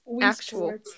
Actual